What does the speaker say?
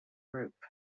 group